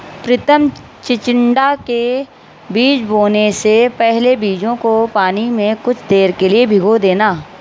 प्रितम चिचिण्डा के बीज बोने से पहले बीजों को पानी में कुछ देर के लिए भिगो देना